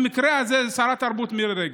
במקרה הזה זאת שרת התרבות מירי רגב.